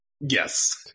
yes